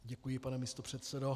Děkuji, pane místopředsedo.